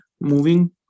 moving